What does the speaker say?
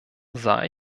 sah